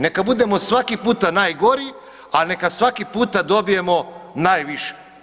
Neka budemo svaki puta najgori, ali neka svaki puta dobijemo najviše.